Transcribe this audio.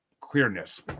clearness